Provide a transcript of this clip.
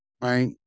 Right